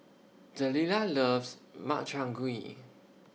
Delila loves Makchang Gui